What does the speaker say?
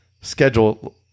Schedule